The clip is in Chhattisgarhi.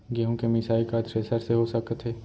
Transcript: गेहूँ के मिसाई का थ्रेसर से हो सकत हे?